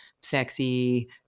sexy